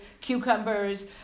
cucumbers